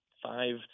five